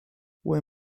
were